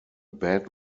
bad